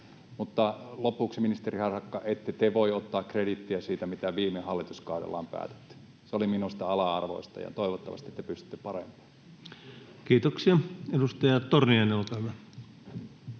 Mutta lopuksi, ministeri Harakka, ette te voi ottaa krediittiä siitä, mitä viime hallituskaudella on päätetty. Se oli minusta ala-arvoista, ja toivottavasti te pystytte parempaan. [Timo Harakka: En